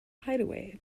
hideaway